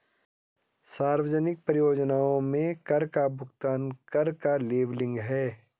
सार्वजनिक परियोजनाओं में कर का भुगतान कर का लेबलिंग है